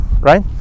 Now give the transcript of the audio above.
right